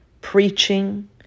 preaching